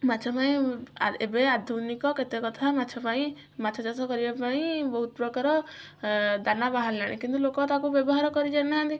ମାଛ ପାଇଁ ଏବେ ଆଧୁନିକ କେତେ କଥା ମାଛ ପାଇଁ ମାଛ ଚାଷ କରିବା ପାଇଁ ବହୁତ ପ୍ରକାର ଦାନା ବାହାରିଲାଣି କିନ୍ତୁ ଲୋକ ତାକୁ ବ୍ୟବହାର କରି ଜାଣିନାହାନ୍ତି